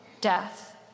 death